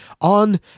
on